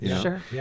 Sure